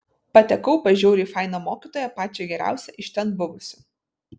patekau pas žiauriai fainą mokytoją pačią geriausią iš ten buvusių